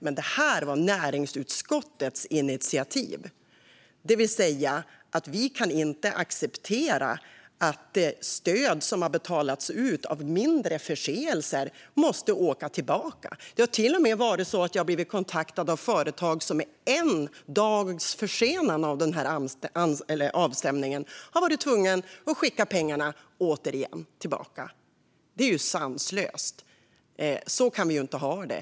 Men det här var näringsutskottets initiativ, det vill säga att vi inte kan acceptera att stöd som har betalats ut måste åka tillbaka på grund av mindre förseelser. Jag har blivit kontaktad av företag som till och med på grund av en dags försening med avstämningen har varit tvungna att skicka tillbaka pengarna. Det är sanslöst. Så kan vi inte ha det.